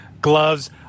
gloves